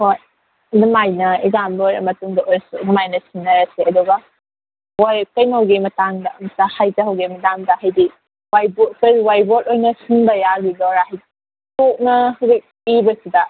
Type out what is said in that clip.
ꯍꯣꯏ ꯑꯗꯨꯃꯥꯏꯅ ꯑꯦꯛꯖꯥꯝ ꯂꯣꯏꯔ ꯃꯇꯨꯡꯗ ꯑꯣꯏꯔꯁꯨ ꯁꯨꯃꯥꯏꯅ ꯁꯤꯟꯅꯔꯁꯦ ꯑꯗꯨꯒ ꯃꯣꯏ ꯀꯩꯅꯣꯒꯤ ꯃꯇꯥꯡꯗ ꯑꯝꯇ ꯍꯥꯏꯖꯍꯧꯒꯦ ꯃꯦꯗꯥꯝꯗ ꯍꯥꯏꯗꯤ ꯋꯥꯏꯠ ꯕꯣꯔꯠ ꯑꯣꯏꯅ ꯁꯤꯟꯕ ꯌꯥꯕꯤꯗꯣꯏꯔꯥ ꯆꯣꯛꯅ ꯍꯧꯖꯤꯛ ꯏꯕꯁꯤꯗ